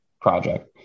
project